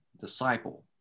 disciple